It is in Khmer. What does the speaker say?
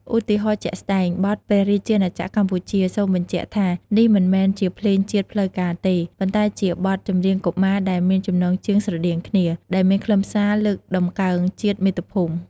ឧទាហរណ៍ជាក់ស្ដែងបទ "ព្រះរាជាណាចក្រកម្ពុជា" (សូមបញ្ជាក់ថានេះមិនមែនជាភ្លេងជាតិផ្លូវការទេ ប៉ុន្តែជាបទចម្រៀងកុមារដែលមានចំណងជើងស្រដៀងគ្នា) ដែលមានខ្លឹមសារលើកតម្កើងជាតិ មាតុភូមិ។